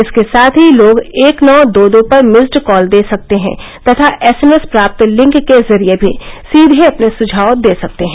इसके साथ ही लोग एक नौ दो दो पर मिस्ड कॉल दे सकते हैं तथा एस एमएस पर प्राप्त लिंक के जरिए भी सीधे अपने सुझाव दे सकते हैं